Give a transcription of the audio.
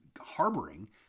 harboring